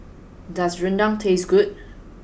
does rendang taste good